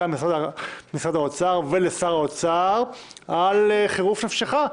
משרד האוצר ולשר האוצר על חירוף נפשך,